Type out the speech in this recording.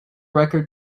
record